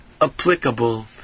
applicable